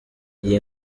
iyi